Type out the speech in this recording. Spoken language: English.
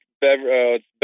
Beverly